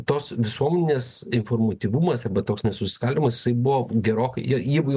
tos visuomenės informatyvumas arba toks nesusiskaldymas jisai buvo gerokai jeigi jau